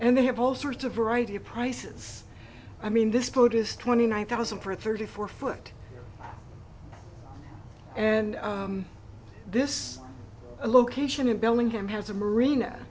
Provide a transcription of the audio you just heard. and they have all sorts of variety of prices i mean this boat is twenty nine thousand for thirty four foot and this location in bellingham has a marina